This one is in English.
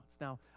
Now